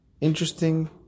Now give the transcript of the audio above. interesting